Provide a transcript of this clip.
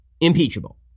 impeachable